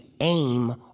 aim